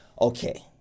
okay